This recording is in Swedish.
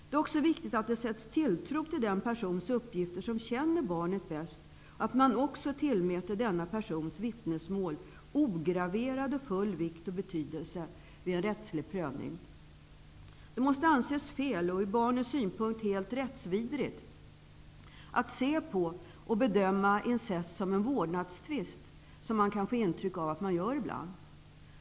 Det är också viktigt att man sätter tilltro till den persons uppgifter som känner barnet bäst och att man även tillmäter denna persons vittnesmål ograverad och full betydelse vid en rättslig prövning. Det måste anses fel och från barnets synpunkt helt rättsvidrigt att se på och bedöma incest som en vårdnadstvist, vilket man kan få intryck av ibland.